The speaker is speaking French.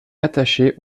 attaché